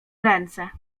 ręce